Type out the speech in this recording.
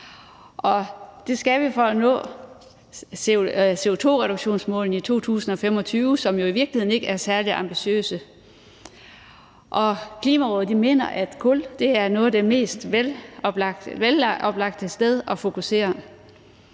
Det skal vi gøre for at nå CO2-reduktionsmålet i 2025, som jo i virkeligheden ikke er særlig ambitiøst. Klimarådet mener, at kul er noget af det mest oplagte at fokusere